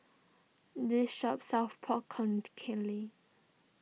this shop sells Pork Con